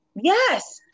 yes